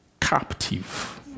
captive